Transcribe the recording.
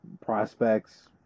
Prospects